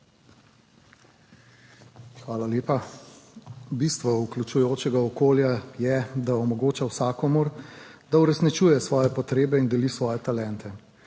Hvala lepa. Bistvo vključujočega okolja je, da omogoča vsakomur, da uresničuje svoje potrebe in deli svoje talente.